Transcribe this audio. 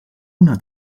una